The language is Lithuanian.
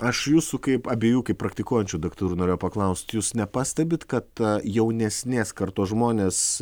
aš jūsų kaip abiejų kaip praktikuojančių daktarų norėjau paklaust jūs nepastebit kad jaunesnės kartos žmonės